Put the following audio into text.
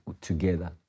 together